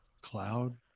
cloud